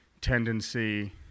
tendency